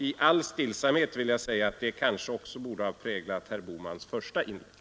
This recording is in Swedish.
I all stillsamhet vill jag säga att det kanske också borde ha präglat herr Bohmans första inlägg.